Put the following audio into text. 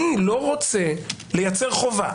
אני לא רוצה לייצר חובה.